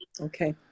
Okay